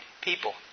people